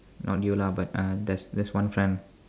not you lah but uh there's there's one friend